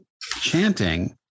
chanting